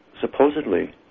supposedly